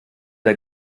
der